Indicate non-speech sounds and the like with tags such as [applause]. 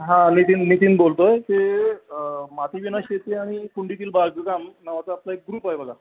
हां नितीन नितीन बोलतो आहे की मातीविना शेती आणि कुंडीतील बाग [unintelligible] नावाचा आपला एक ग्रुप आहे बघा